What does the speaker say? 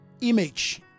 image